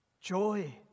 joy